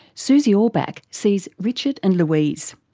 susie orbach sees richard and louise.